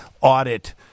audit